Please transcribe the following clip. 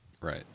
Right